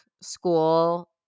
school